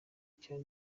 cya